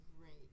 Great